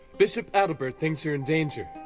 bishop adelbert thinks you're in danger.